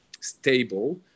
stable